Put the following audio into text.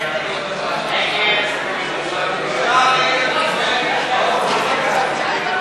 ההסתייגות של חברי הכנסת משה גפני ויעקב ליצמן לסעיף 1 לא נתקבלה.